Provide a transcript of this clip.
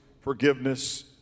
forgiveness